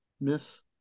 miss